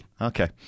Okay